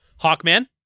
Hawkman